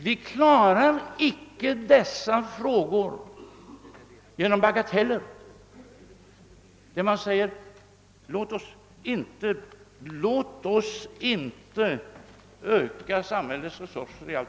Vi klarar icke dessa uppgifter om vi inte ökar samhällets resurser.